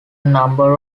number